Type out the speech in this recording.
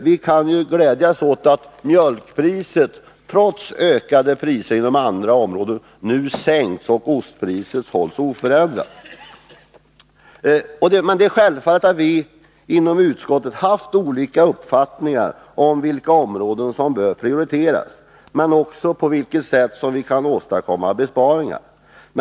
Vi kan nu glädja oss åt att mjölkpriset — trots ökade priser på andra områden — sänks och att ostpriset hålls oförändrat. Det är självklart att vi inom utskottet haft olika uppfattningar om vilka områden som bör prioriteras och på vilket sätt man kan åstadkomma besparingar.